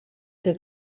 que